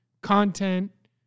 content